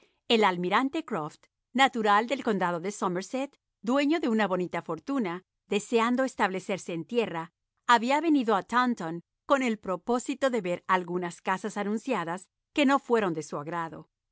el almirante croft natural del condado de semerset dueño de una bonita fortuna deseando establecerse en tierra había venido a taranton con el propósito de ver algunas casas anunciadas que no fueron de su agrado